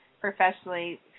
professionally